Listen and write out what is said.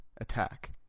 Attack